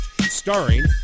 starring